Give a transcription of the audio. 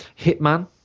Hitman